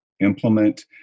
implement